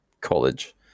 college